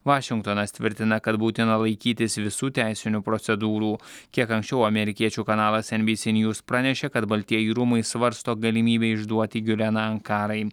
vašingtonas tvirtina kad būtina laikytis visų teisinių procedūrų kiek anksčiau amerikiečių kanalas en by sy njus pranešė kad baltieji rūmai svarsto galimybę išduoti giuleną ankarai